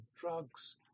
drugs